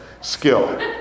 skill